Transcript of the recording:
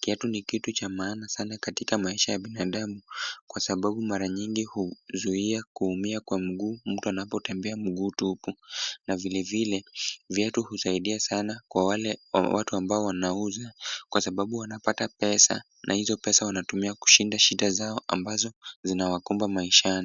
Kiatu ni kitu cha maana sana katika maisha ya binadamu. Kwa sababu mara nyingi huzuia kuumia kwa mguu mtu anapotembea mguu tupu. Na vilevile viatu husaidia sana kwa wale watu ambao wanauza kwa sababu wanapata pesa na hizo pesa wanatumia kushinda shida zao ambazo zinawakumba maishani.